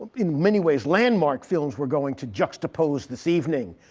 in many ways landmark films we're going to juxtapose this evening.